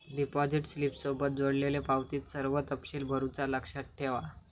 deposit स्लिपसोबत जोडलेल्यो पावतीत सर्व तपशील भरुचा लक्षात ठेवा